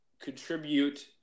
contribute